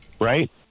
right